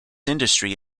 industry